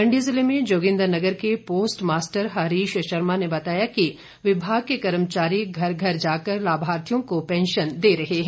मंडी जिले में जोगिंद्रनगर के पोस्टमास्टर हरीश शर्मा ने बताया कि विभाग के कर्मचारी घर घर जाकर लाभार्थियों को पैंशन दे रहे हैं